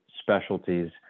specialties